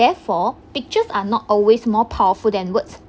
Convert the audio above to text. therefore pictures are not always more powerful than words